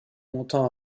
entend